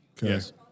Yes